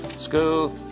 school